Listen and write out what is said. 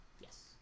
Yes